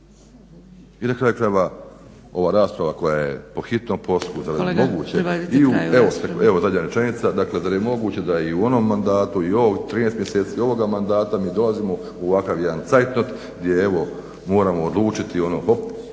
privedite kraju./… Evo zadnja rečenica. Dakle, zar je moguće da je i u onom mandatu i u ovom 13 mjeseci ovoga mandata mi dolazimo u ovakav jedan cajtnot gdje evo moramo odlučiti ono hop,